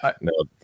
No